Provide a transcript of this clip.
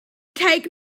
take